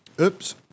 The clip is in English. Oops